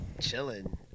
Chilling